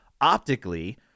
optically